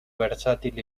versátil